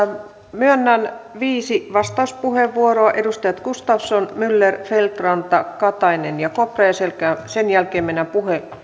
myönnän viisi vastauspuheenvuoroa edustajille gustafsson myller feldt ranta katainen ja kopra ja sen jälkeen mennään